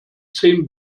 same